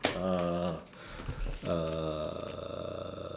uh uh